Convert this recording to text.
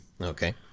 Okay